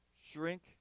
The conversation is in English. shrink